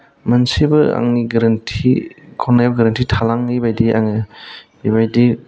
मोनसेबो आंनि गोरोन्थि खननायाव गोरोन्थि थालाङै बादि आङो बेबायदि